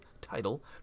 Title